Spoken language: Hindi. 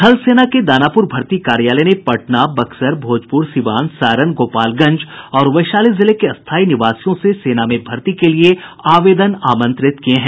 थल सेना के दानापुर भर्ती कार्यालय ने पटना बक्सर भोजपुर सीवान सारण गोपालगंज और वैशाली जिले के स्थायी निवासियों से सेना में भर्ती के लिये आवेदन आमंत्रित किये हैं